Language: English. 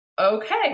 okay